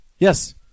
Yes